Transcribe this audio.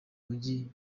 mujyi